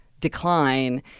decline